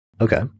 Okay